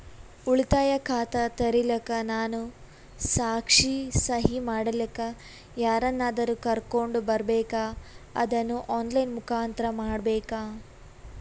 ಉಳಿತಾಯ ಖಾತ ತೆರಿಲಿಕ್ಕಾ ನಾನು ಸಾಕ್ಷಿ, ಸಹಿ ಮಾಡಲಿಕ್ಕ ಯಾರನ್ನಾದರೂ ಕರೋಕೊಂಡ್ ಬರಬೇಕಾ ಅದನ್ನು ಆನ್ ಲೈನ್ ಮುಖಾಂತ್ರ ಮಾಡಬೇಕ್ರಾ?